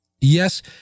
Yes